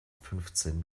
fünfzehn